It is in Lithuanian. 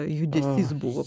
judesys buvo